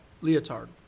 leotard